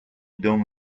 don